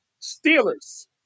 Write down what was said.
Steelers